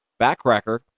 backcracker